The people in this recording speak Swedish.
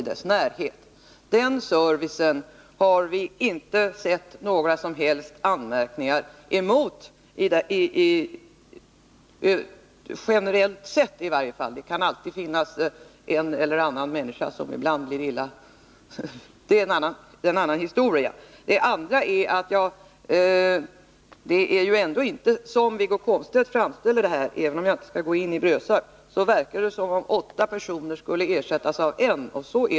När det gäller den servicen har vi inte fått några som helst anmärkningar, i varje fall inte generellt sett — det kan alltid finnas en eller annan människa som känner sig illa behandlad, men det är en annan historia. Vidare vill jag säga, även om jag inte skall gå in närmare på frågan om apoteket i Brösarp, att det inte är så som Wiggo Komstedt framställer saken, då det verkar som om åtta personer skulle ersättas av en.